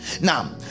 now